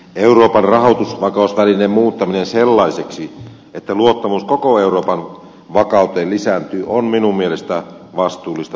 euroopan rahoitusvakausvälineen muuttaminen sellaiseksi että luottamus koko euroopan vakauteen lisääntyy on minun mielestäni vastuullista politiikkaa